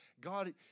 God